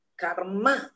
karma